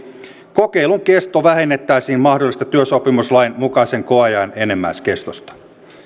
kokeilun kesto vähennettäisiin mahdollisesta työsopimuslain mukaisen koeajan enimmäiskestosta